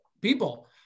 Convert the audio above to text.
people